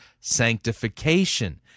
sanctification